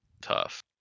Tough